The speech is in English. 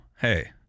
hey